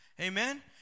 amen